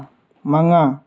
ꯃꯉꯥ